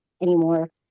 anymore